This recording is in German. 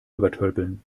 übertölpeln